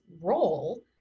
role